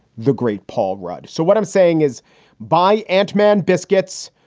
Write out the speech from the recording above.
the great paul rudd. so what i'm saying is by antman biscuits,